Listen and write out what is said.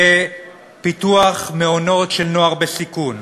בפיתוח מעונות של נוער בסיכון,